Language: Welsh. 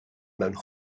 mewn